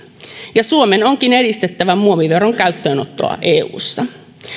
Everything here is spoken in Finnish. ja suomen onkin edistettävä muoviveron käyttöönottoa eussa